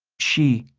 she,